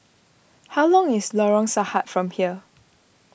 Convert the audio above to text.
how long is Lorong Sarhad from here